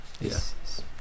yes